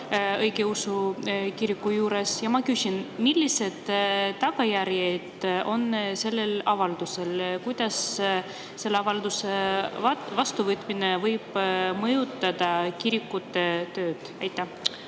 õigeusu kiriku ümber. Ma küsin, millised tagajärjed on sellel avaldusel. Kuidas selle avalduse vastuvõtmine võib mõjutada kirikute tööd? Austatud